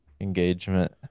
engagement